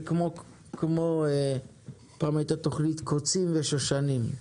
זה כמו, פעם הייתה תוכנית קוצים ושושנים.